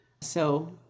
So-